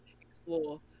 explore